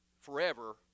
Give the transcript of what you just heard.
forever